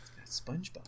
Spongebob